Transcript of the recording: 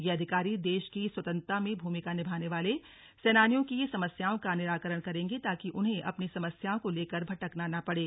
ये अधिकारी देश की स्वतंत्रता में भूमिका निभाने वाले सेनानियों की समस्याओं का निराकरण करेंगे ताकि उन्हें अपनी समस्याओं को लेकर भटकना न पड़े